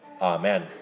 Amen